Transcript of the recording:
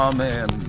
Amen